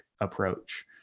approach